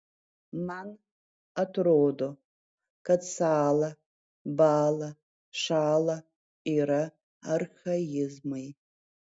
man atrodo kad sąla bąla šąla yra archaizmai